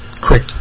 Quick